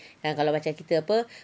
kan kalau macam kita apa